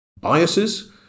biases